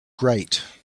great